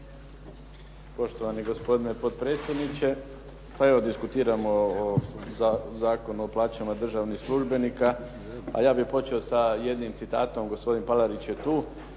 Poštovani gospodine potpredsjedniče. Pa evo diskutiramo o Zakonu o plaćama državnih službenika, a ja bih počeo sa jednim citatom, gospodin Palarić je tu,